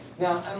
Now